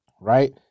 right